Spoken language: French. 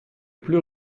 plus